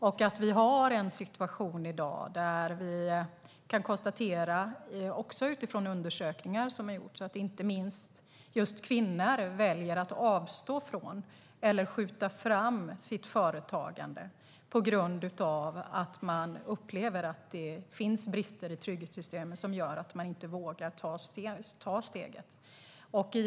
Vi har i dag en situation där vi kan konstatera, också utifrån undersökningar som gjorts, att inte minst kvinnor väljer att avstå från eller skjuta fram sitt företagande på grund av att de upplever att det finns brister i trygghetssystemen, vilket gör att de inte vågar ta steget.